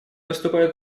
выступает